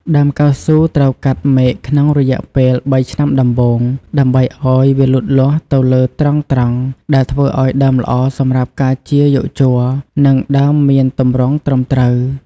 ដើមកៅស៊ូត្រូវកាត់មែកក្នុងរយៈពេល ៣ ឆ្នាំដំបូង ដើម្បីឱ្យវាលូតលាស់ទៅលើត្រង់ៗ ដែលធ្វើឲ្យដើមល្អសម្រាប់ការចៀរយកជ័រ និងដើមមានទម្រង់ត្រឹមត្រូវ។